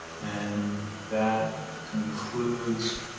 and that concludes